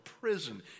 prison